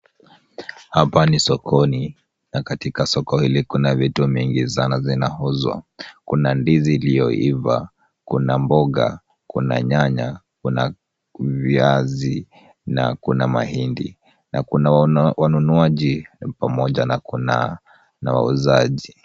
Hapa ni sokoni na katika soko hili kuna vitu mingi sana zinauzwa. Kuna ndizi iliyoiva, kuna mboga, kuna nyanya, kuna viazi na kuna mahindi na kuna wanunuaji pamoja na kuna wauzaji.